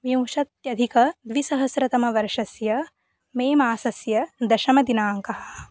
विंशत्यधिकद्विसहस्रतमवर्षस्य मेमासस्य दशमदिनाङ्कः